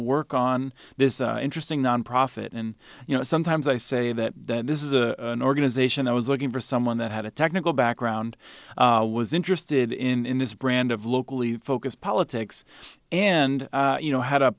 work on this interesting nonprofit and you know sometimes i say that this is a an organization that was looking for someone that had a technical background was interested in this brand of locally focused politics and you know had a